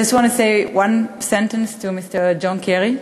I just want to say one sentence to Mr. John Kerry: